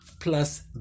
plus